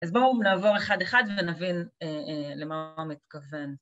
אז בואו נעבור אחד אחד ונבין למה הוא מתכוון.